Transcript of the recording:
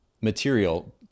material